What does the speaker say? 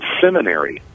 seminary